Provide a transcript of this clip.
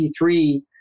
T3